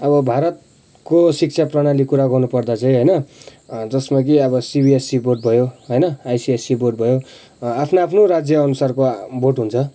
अब भारतको शिक्षा प्रणालिको कुरा गर्नु पर्दा चाहिँ होइन जसमा कि अब सिबिएसई बोर्ड भयो होइन आइसिएसई बोर्ड भयो आफ्नो आफ्नो राज्य अनुसारको बोर्ड हुन्छ